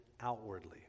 outwardly